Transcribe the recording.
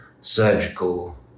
surgical